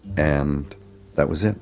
and that was